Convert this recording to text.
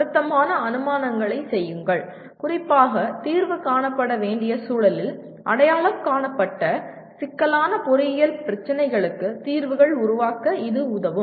பொருத்தமான அனுமானங்களைச் செய்யுங்கள் குறிப்பாக தீர்வு காணப்பட வேண்டிய சூழலில் அடையாளம் காணப்பட்ட சிக்கலான பொறியியல் பிரச்சனைகளுக்கு தீர்வுகள் உருவாக்க இது உதவும்